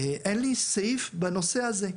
אין לי סעיף בנושא הזה,